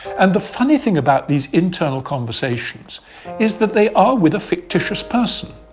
and the funny thing about these internal conversations is that they are with a fictitious person,